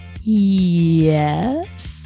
Yes